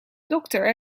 dokter